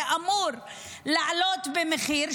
וזה אמור לעלות במחיר,